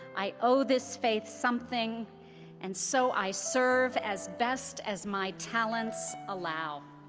i owe this faith something and so i serve as best as my talents allow.